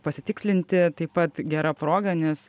pasitikslinti taip pat gera proga nes